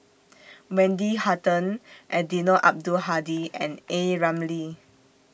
Wendy Hutton Eddino Abdul Hadi and A Ramli